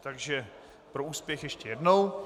Takže pro úspěch ještě jednou.